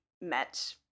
met